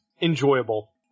enjoyable